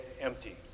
empty